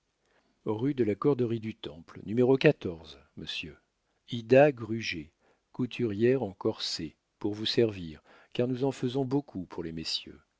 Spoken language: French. rue de la corderie du temple n monsieur ida gruget couturière en corsets pour vous servir car nous en faisons beaucoup pour les messieurs